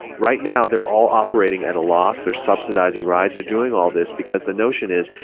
right now, they're all operating at a loss. they're subsidizing rides. they're doing all this because the notion is,